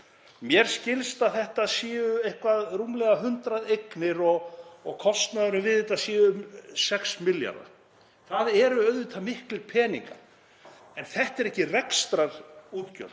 Mér skilst að þetta séu eitthvað rúmlega 100 eignir og kostnaðurinn við þetta sé um 6 milljarðar. Það eru auðvitað miklir peningar en þetta eru ekki rekstrarútgjöld,